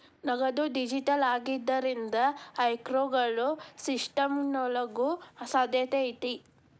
ನಗದು ಡಿಜಿಟಲ್ ಆಗಿದ್ರಿಂದ, ಹ್ಯಾಕರ್ಗೊಳು ಸಿಸ್ಟಮ್ಗ ನುಗ್ಗೊ ಸಾಧ್ಯತೆ ಐತಿ